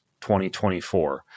2024